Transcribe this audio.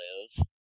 lives